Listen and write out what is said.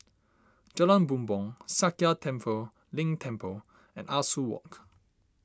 Jalan Bumbong Sakya Tenphel Ling Temple and Ah Soo Walk